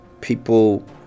people